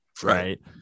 right